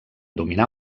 dominar